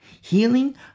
Healing